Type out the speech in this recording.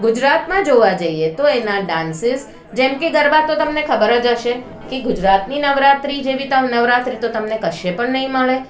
ગુજરાતમાં જોવા જઈએ તો એના ડાન્સિસ જેમ કે ગરબા તો તમને ખબર જ હશે કે ગુજરાતની નવરાત્રિ જેવી નવરાત્રિ તો તમને કશે પણ નહીં મળે